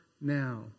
now